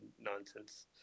nonsense